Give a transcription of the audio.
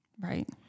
Right